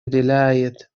уделяет